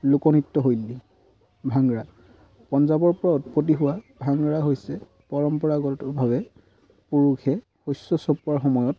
লোকনৃত্যশৈলী ভাঙ্গৰা পঞ্জাৱৰপৰা উৎপত্তি হোৱা ভাঙ্গৰা হৈছে পৰম্পৰাগতভাৱে পুৰুষে শস্য চপোৱাৰ সময়ত